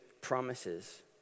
promises